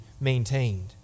maintained